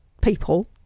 people